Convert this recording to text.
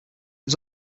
was